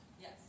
Yes